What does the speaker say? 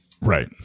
Right